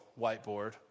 whiteboard